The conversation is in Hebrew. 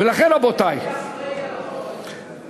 ולכן, רבותי, מי האחראי לחוק הזה?